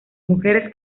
mujeres